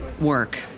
work